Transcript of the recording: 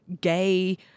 Gay